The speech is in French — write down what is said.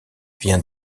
vient